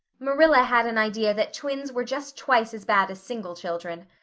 marilla had an idea that twins were just twice as bad as single children.